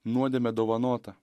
nuodėmė dovanota